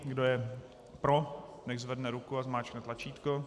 Kdo je pro, nechť zvedne ruku a zmáčkne tlačítko.